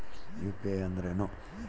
UPI ಅಂದ್ರೇನು?